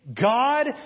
God